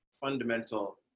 fundamental